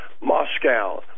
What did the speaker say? Moscow